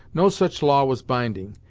no such law was binding,